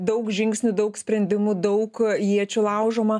daug žingsnių daug sprendimų daug iečių laužoma